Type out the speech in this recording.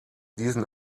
diesen